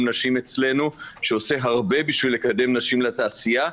נשים שעושה הרבה כדי לקדם נשים בתעשייה,